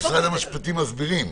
משרד המשפטים מסבירים,